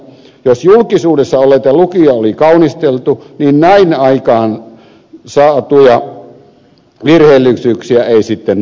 jos julkisuudessa olleita lukuja oli kaunisteltu niin näin aikaan saatuja virheellisyyksiä ei sitten noteerattu